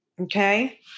Okay